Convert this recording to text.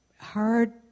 hard